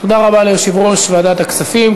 תודה רבה ליושב-ראש ועדת הכספים.